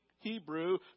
Hebrew